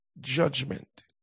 Judgment